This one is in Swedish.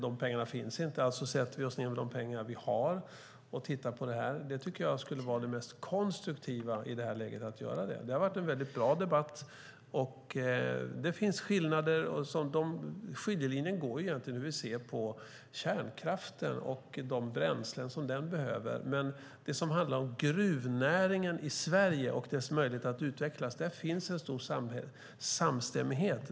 De pengarna finns inte, alltså sätter vi oss ned med de pengar vi har och tittar på detta. Det tycker jag vore i det här läget det mest konstruktiva att göra. Det har varit en bra debatt. Skiljelinjen går egentligen vid hur vi ser på kärnkraften och de bränslen som den behöver. När det däremot handlar om gruvnäringen i Sverige och dess möjlighet att utvecklas finns en stor samstämmighet.